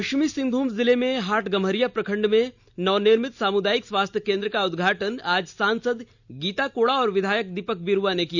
पश्चिमी सिंहभूम जिले में हाटगम्हरिया प्रखंड में नवनिर्मित सामुदायिक स्वास्थ्य केंद्र का उदघाटन आज सांसद गीता कोड़ा और विधायक दीपक बिरुवा ने किया